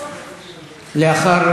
לאחר